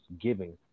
giving